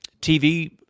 TV